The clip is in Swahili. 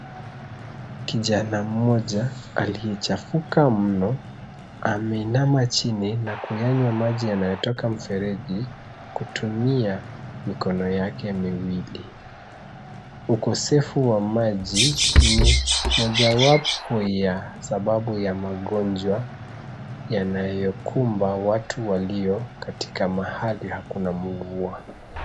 Kijana mmoja aliyechafuka mno, ameinama chini na kuyanywa maji yanayotoka mfereji, kutumia mikono yake miwili. Ukosefu wa maji ni mojawapo ya sababu ya magonjwa yanayokumba watu walio katika mahali hakuna mvua.